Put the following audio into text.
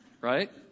right